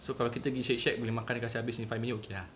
so kalau kita gi Shake Shack boleh makan kasi habis five minute okay ah